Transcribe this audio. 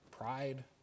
pride